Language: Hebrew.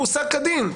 הוא הושג כדין.